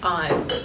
eyes